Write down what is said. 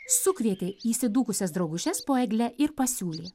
sukvietė įsidūkusias draugužes po egle ir pasiūlė